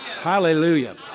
hallelujah